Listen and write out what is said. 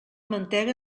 mantega